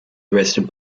arrested